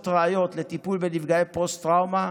ראיות לטיפול בנפגעי פוסט-טראומה,